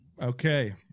Okay